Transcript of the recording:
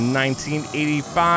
1985